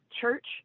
church